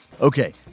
Okay